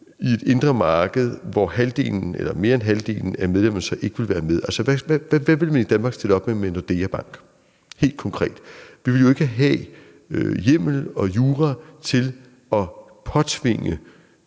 i det indre marked, hvor mere end halvdelen af medlemmerne så ikke vil være med. Altså, hvad ville man i Danmark stille op med en Nordeabank, helt konkret? Vi ville jo ikke have hjemmel og jura til at påtvinge